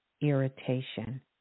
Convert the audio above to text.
irritation